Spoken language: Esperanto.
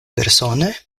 persone